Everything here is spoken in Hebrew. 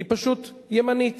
היא פשוט ימנית,